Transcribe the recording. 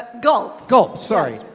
gulp. gulp, sorry.